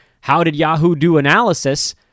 how-did-Yahoo-do-analysis